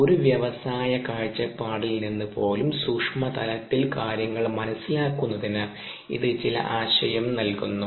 ഒരു വ്യവസായ കാഴ്ചപ്പാടിൽ നിന്ന് പോലും സൂക്ഷ്മ തലത്തിൽ കാര്യങ്ങൾ മനസ്സിലാക്കുന്നതിന് ഇത് ചില ആശയം നൽകുന്നു